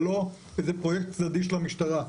זה לא איזה פרויקט צדדי של המשטרה.